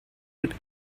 ate